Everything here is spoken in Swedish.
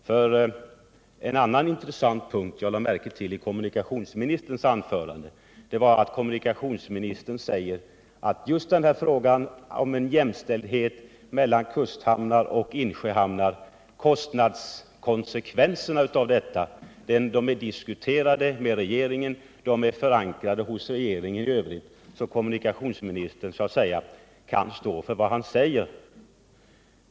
Jag lade särskilt märke till en punkt i kommunikationsministerns anförande. Han säger att frågan om kostnadskonsekvenserna för jämställdheten mellan kusthamnar och insjöhamnar har diskuterats med regeringen och förankrats där, så att kommunikationsministern kan stå för vad han säger.